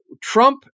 Trump